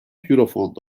eurofond